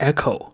Echo